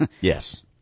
Yes